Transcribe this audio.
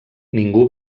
ningú